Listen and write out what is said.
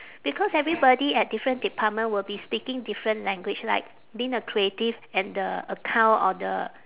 because everybody at different department will be speaking different language like being a creative and the account or the